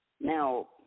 Now